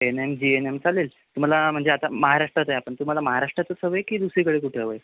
ए N M G N M चालेल तुम्हाला म्हणजे आता महाराष्ट्रात आहे आपण तुम्हाला महाराष्ट्रातच हवं आहे की दुसरीकडे कुठे हवं आहे